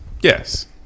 Yes